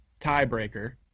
tiebreaker